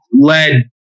led